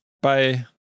Bye